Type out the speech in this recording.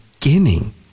beginning